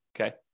okay